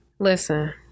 Listen